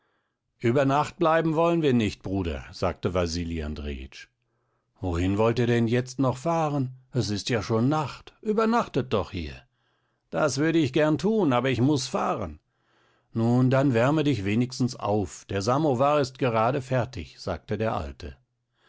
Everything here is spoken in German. über nacht bleiben wollen wir nicht bruder sagte wasili andrejitsch wohin wollt ihr denn jetzt noch fahren es ist ja schon nacht übernachtet doch hier das würde ich gern tun aber ich muß fahren nun dann wärme dich wenigstens auf der samowar ist gerade fertig sagte der alte